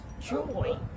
joy